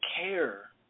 care